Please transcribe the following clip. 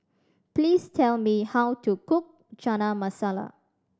please tell me how to cook Chana Masala